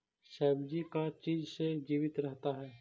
सब्जी का चीज से जीवित रहता है?